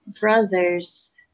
brothers